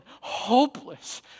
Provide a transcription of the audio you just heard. hopeless